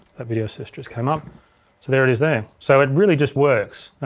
that video assist just came up, so there it is there. so it really just works,